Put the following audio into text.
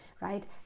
right